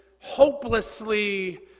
hopelessly